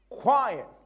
Quiet